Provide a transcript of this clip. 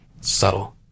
Subtle